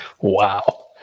wow